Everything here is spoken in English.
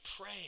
pray